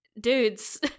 dudes